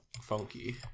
funky